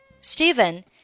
Stephen